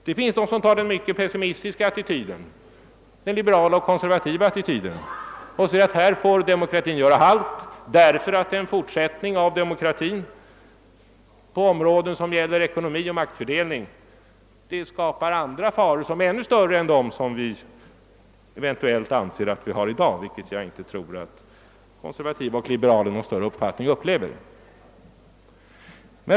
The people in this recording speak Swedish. Det finns de som intar den mycket pessimistiska attityden, den liberala och konservativa attityden, och säger att här får demokratin göra halt, därför att en fortsättning av demokratin på områden som gäller ekonomi och maktfördelning skapar andra faror, ännu större än dem som vi eventuellt anser att vi har i dag, vilka jag inte tror att konservativa och liberaler i någon större omfattning upplever.